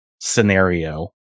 scenario